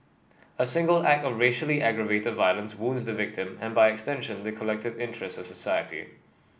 a single act of racially aggravated violence wounds the victim and by extension the collective interest of society